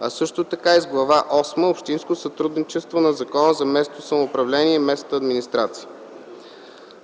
а също така и с Глава осма „Общинско сътрудничество” на Закона за местното самоуправление и местната администрация.